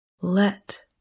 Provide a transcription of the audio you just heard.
Let